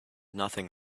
nothing